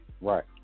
Right